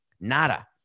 nada